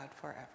forever